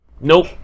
nope